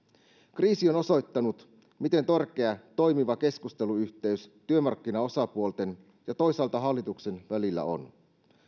kriisi on osoittanut miten tärkeä toimiva keskusteluyhteys työmarkkinaosapuolten ja toisaalta hallituksen välillä on